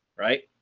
right.